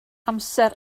amser